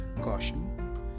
caution